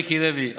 מיקי לוי,